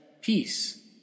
Peace